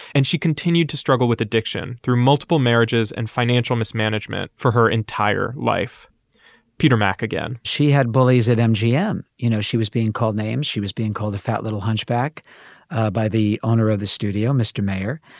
and she continued to struggle with addiction through multiple marriages and financial mismanagement for her entire life peter mac, again, she had bullies at mgm. you know, she was being called names. she was being called a fat little hunchback by the owner of the studio, mr. mayor,